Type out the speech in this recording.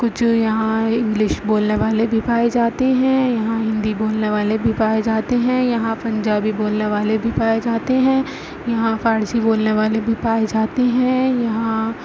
کچھ یہاں انگلش بولنے والے بھی پائے جاتے ہیں یہاں ہندی بولنے والے بھی پائے جاتے ہیں یہاں پنجابی بولنے والے بھی پائے جاتے ہیں یہاں فارسی بولنے والے بھی پائے جاتے ہیں یہاں